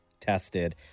tested